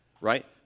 right